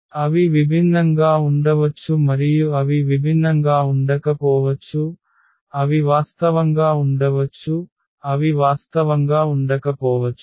అవి విభిన్నంగా ఉండవచ్చు మరియు అవి విభిన్నంగా ఉండకపోవచ్చు అవి వాస్తవంగా ఉండవచ్చు అవి వాస్తవంగా ఉండకపోవచ్చు